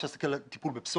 אפשר להסתכל על הטיפול בפסולת,